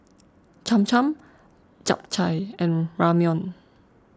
Cham Cham Japchae and Ramyeon